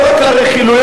לא רק לרכילויות,